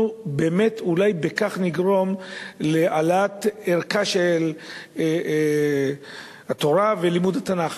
אנחנו אולי בכך נגרום להעלאת ערכם של התורה ולימוד התנ"ך.